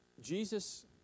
Jesus